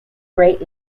great